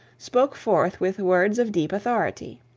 spoke forth with words of deep authority.